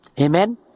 Amen